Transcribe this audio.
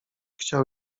chciał